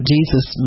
Jesus